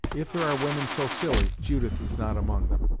if there are women so silly, judith is not among them.